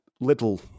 little